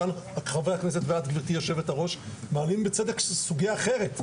כאן חבר הכנסת ואת גבירתי יושבת הראש מעלים בצדק סוגייה אחרת,